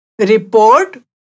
Report